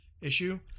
issue